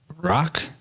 rock